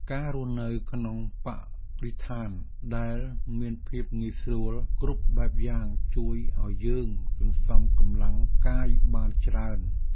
ការរស់នៅក្នុងបរិស្ថានដែលមានភាពងាយស្រួលគ្រប់បែបយ៉ាង ជួយឱ្យយើងសន្សំកម្លាំងកាយបានច្រើន។